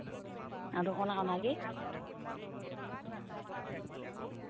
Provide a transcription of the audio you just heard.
ᱟᱫᱚ ᱚᱱᱮ ᱚᱱᱟ ᱜᱮ